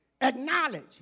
acknowledge